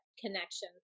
connection